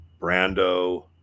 Brando